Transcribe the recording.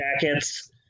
jackets